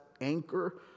anchor